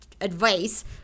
advice